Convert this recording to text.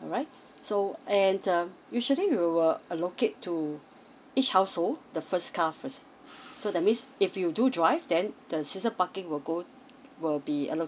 alright so and um usually we will allocate to each household the first come first so that means if you do drive then the season parking will go will be allocated